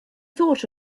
thought